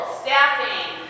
staffing